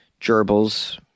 gerbils